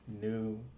new